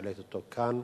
העליתי אותו כאן.